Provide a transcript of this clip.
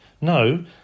No